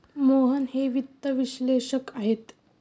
मोहन हे वित्त विश्लेषक आहेत